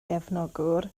gefnogwr